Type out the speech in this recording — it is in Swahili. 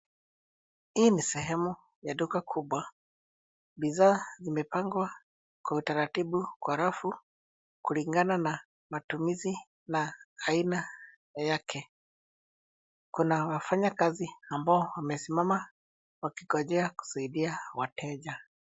Hii ni sehemu ya duka kubwa. Bidhaa zimepangwa kwa utaratibu kwa rafu kulingana na matumizi na aina yake. Kuna wafanyakazi ambao wamesimama wakigonjea kusaidia wateja.